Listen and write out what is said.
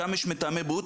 שם יש מתאמי בריאות,